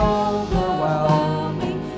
overwhelming